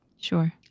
Sure